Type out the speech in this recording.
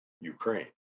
Ukraine